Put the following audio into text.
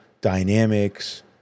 dynamics